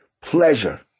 pleasure